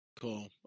Cool